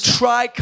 try